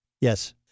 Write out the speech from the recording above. Yes